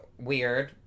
weird